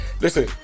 Listen